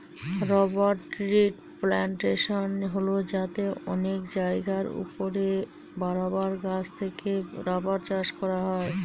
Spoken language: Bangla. রবার ট্রির প্লানটেশন হল যাতে অনেক জায়গার ওপরে রাবার গাছ থেকে রাবার চাষ করা হয়